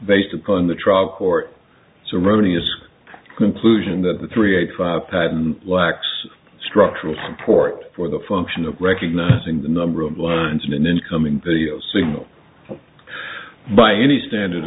based upon the trial court so running a conclusion that the three eighty five patent lacks structural support for the function of recognizing the number of lines in an incoming signal by any standard